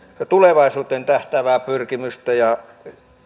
ja tulevaisuuteen tähtäävää pyrkimystä ja